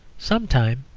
some time,